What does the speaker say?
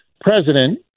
President